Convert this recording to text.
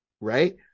right